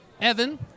Evan